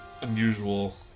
unusual